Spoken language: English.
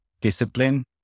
discipline